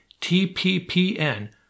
TPPN